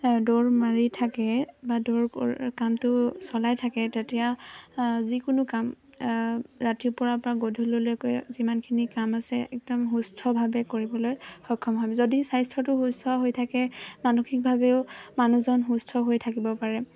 দৌৰ মাৰি থাকে বা দৌৰ কৰ কামটো চলাই থাকে তেতিয়া যিকোনো কাম ৰাতিপুৱাৰ পৰা গধূলিলৈকৈ যিমানখিনি কাম আছে একদম সুস্থভাৱে কৰিবলৈ সক্ষম হয় যদি স্বাস্থ্যটো সুস্থ হৈ থাকে মানসিকভাৱেও মানুহজন সুস্থ হৈ থাকিব পাৰে